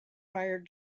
fired